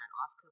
off